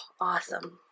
awesome